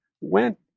went